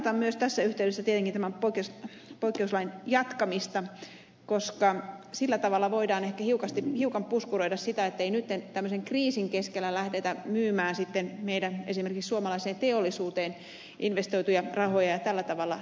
kannatan myös tässä yhteydessä tietenkin tämän poikkeuslain jatkamista koska sillä tavalla voidaan ehkä hiukan puskuroida sitä ettei nyt tämmöisen kriisin keskellä lähdetä myymään meidän esimerkiksi suomalaiseen teollisuuteen investoituja rahojamme ja tällä tavalla dumppaamaan teollisuutemme hintaa